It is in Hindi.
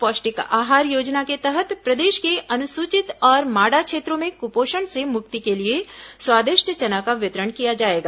पौष्टिक आहार योजना के तहत प्रदेश के अनुसूचित और माडा क्षेत्रों में कुपोषण से मुक्ति के लिए स्वादिष्ट चना का वितरण किया जाएगा